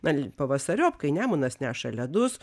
na pavasariop kai nemunas neša ledus